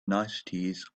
niceties